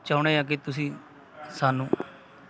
ਚਾਹੁੰਦੇ ਹਾਂ ਕਿ ਤੁਸੀਂ ਸਾਨੂੰ